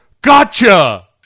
gotcha